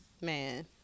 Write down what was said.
Man